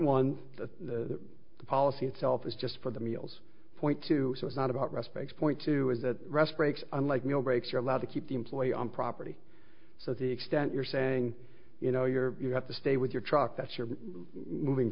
point one to the policy itself is just for the meals point two so it's not about respects point two is that rest breaks unlike meal breaks you're allowed to keep the employee on property so the extent you're saying you know you're you have to stay with your truck that's your moving